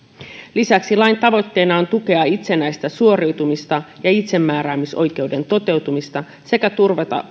lisäksi lain tavoitteena on tukea itsenäistä suoriutumista ja itsemääräämisoikeuden toteutumista sekä turvata